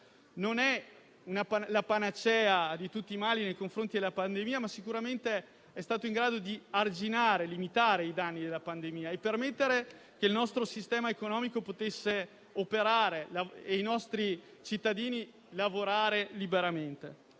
non è la panacea di tutti i mali nei confronti della pandemia, ma sicuramente è stato in grado di arginare, limitare i danni della pandemia e permettere al nostro sistema economico di operare e ai nostri cittadini di lavorare liberamente.